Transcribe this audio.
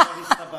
עכשיו הסתבכת.